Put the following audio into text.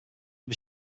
bir